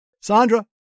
Sandra